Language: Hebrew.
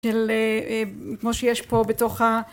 של כמו שיש פה בתוך